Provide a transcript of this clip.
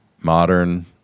modern